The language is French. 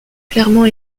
clairement